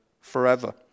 forever